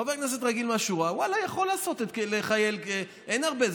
חבר כנסת רגיל מהשורה, ואללה, יכול, אין הרבה.